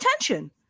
attention